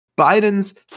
Biden's